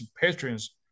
patrons